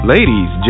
Ladies